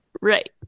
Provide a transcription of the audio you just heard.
Right